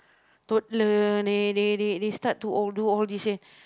toddler they they they they start to oh do all this eh